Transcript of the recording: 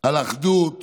על אחדות